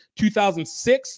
2006